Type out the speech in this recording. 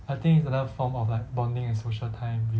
I think is another form of like bonding and social time with